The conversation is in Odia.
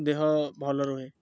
ଦେହ ଭଲ ରୁହେ